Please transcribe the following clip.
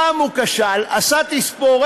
פעם הוא כשל, עשה תספורת,